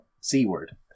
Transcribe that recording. C-word